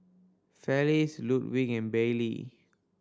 Felice Ludwig and Bailee